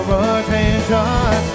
attention